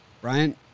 Brian